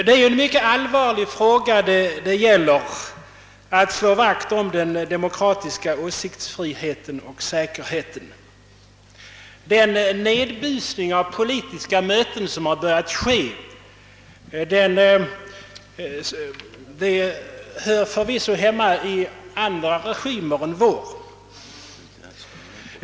Det är en mycket allvarlig fråga det gäller: att slå vakt om den demokratiska åsiktsfriheten och säkerheten. Den nedbusning av politiska möten som har börjat förekomma hör förvisso hemma under andra regimer än vår.